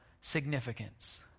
significance